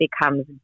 becomes